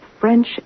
French